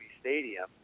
Stadium